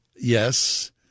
Yes